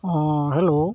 ᱚᱻ ᱦᱮᱞᱳ